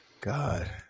God